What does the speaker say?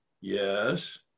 Yes